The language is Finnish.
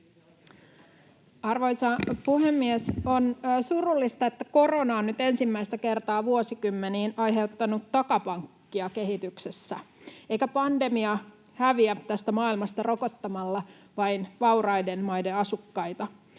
Arvoisa puhemies! On surullista, että korona on nyt ensimmäistä kertaa vuosikymmeniin aiheuttanut takapakkia kehityksessä, eikä pandemia häviä tästä maailmasta rokottamalla vain vauraiden maiden asukkaita.